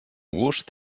gust